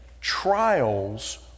trials